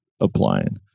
Applying